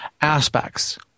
aspects